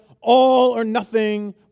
all-or-nothing